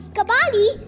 Kabali